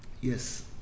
Yes